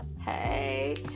hey